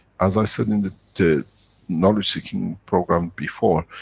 as i said in the knowledge seeking program before.